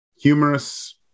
humorous